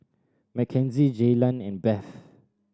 Mackenzie Jaylan and Beth